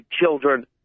children